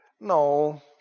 No